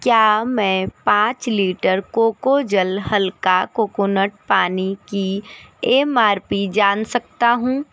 क्या मैं पाँच लीटर कोको जल हल्का कोकोनट पानी की एम आर पी जान सकता हूँ